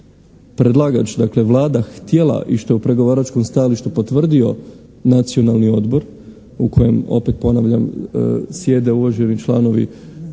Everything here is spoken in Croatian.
predlagač, dakle, Vlada htjela i što je u pregovaračkom stajalištu potvrdio Nacionalni odbor u kojem opet ponavljam sjede uvaženi članovi